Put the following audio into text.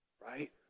Right